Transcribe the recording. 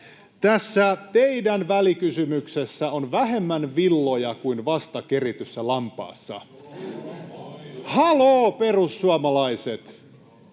Tässä teidän välikysymyksessänne on vähemmän villoja kuin vasta kerityssä lampaassa. Haloo, perussuomalaiset!